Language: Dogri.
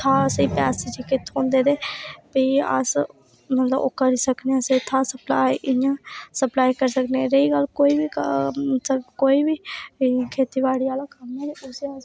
उत्थूं असें जेहके पैसे थ्होंदे ते प्ही अस मतलब ओह् करी सकने आं उत्थै् अस सप्लाई करी सकने आं फिर अस कोई बी कम्म मतलब कोई बी खेतीबाड़ी आह्ला कम्म